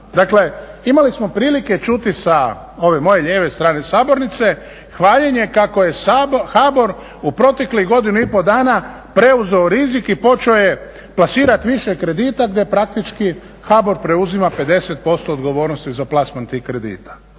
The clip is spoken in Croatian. Dakle, imali smo prilike čuti sa ove moje lijeve strane sabornice hvaljenje kako je HBOR u proteklih godinu i pol dana preuzeo rizik i počeo je plasirati više kredita gdje praktički HBOR preuzima 50% odgovornosti za plasman tih kredita.